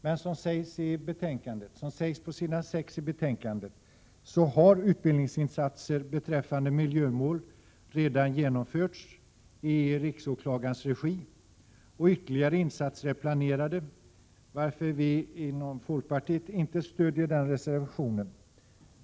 Men som sags på s. 6 i betänkandet så har utbildningsinsatser beträffande miljömål redan genomförts i riksåklagarens regi, och ytterligare insatser är planerade, varför vi i folkpartiet inte stödjer denna reservation.